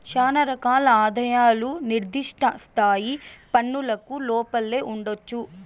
శానా రకాల ఆదాయాలు నిర్దిష్ట స్థాయి పన్నులకు లోపలే ఉండొచ్చు